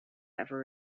ever